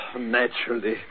Naturally